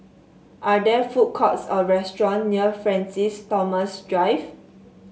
are there food courts or restaurant near Francis Thomas Drive